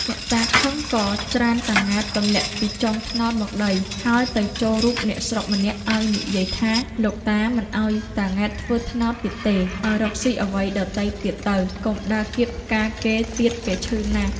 អ្នកតាខឹង ក៏ ច្រានតា ង៉ែត ទម្លាក់ពីចុងត្នោតមកដី ហើយទៅចូលរូបអ្នកស្រុកម្នាក់ ឲ្យនិយាយថា លោកតាមិនឲ្យតា ង៉ែតធ្វើត្នោតទៀតទេ ឲ្យរកស៊ីអ្វីដទៃទៀតទៅ កុំដើរគាបផ្កាគេទៀត គេឈឺណាស់ ។